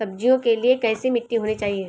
सब्जियों के लिए कैसी मिट्टी होनी चाहिए?